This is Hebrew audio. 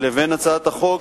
ובין הצעת החוק,